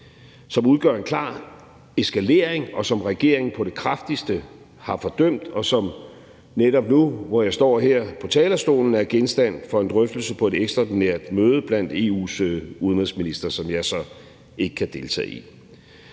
som udgør en klar eskalering, som regeringen på det kraftigste har fordømt, og som netop nu, hvor jeg står her på talerstolen, er genstand for en drøftelse på et ekstraordinært møde blandt EU's udenrigsministre, som jeg så ikke kan deltage i.